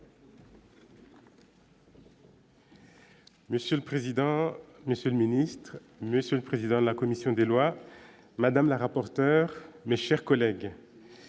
Monsieur le président, monsieur le ministre, monsieur le président de la commission des lois, madame la rapporteure mais chers collègues